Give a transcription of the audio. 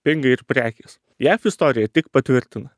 pinga ir prekės jav istorija tik patvirtina